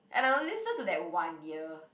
and I'll listen to that one year